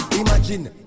imagine